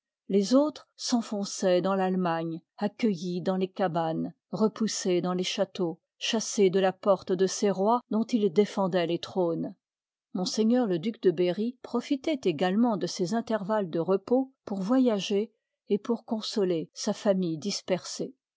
les autres s'enfonçoient dans l'allemagne accueillis dans les cabanes repoussés dans les châteaux chassés de la porte de ces roi dont ils défendoient les trônes mf le duc de berry profitoit égaleraeiit i part de ces intervalles de repos pour voyager et l ï pour consoler sa famille dispersée